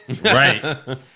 Right